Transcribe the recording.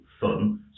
fun